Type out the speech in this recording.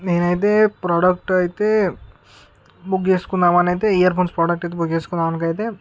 నేనైతే ప్రోడక్ట్ అయితే బుక్ చేసుకున్నామనయితే ఇయర్ ఫోన్స్ ప్రోడక్ట్ బుక్ చేసుకున్నమైతే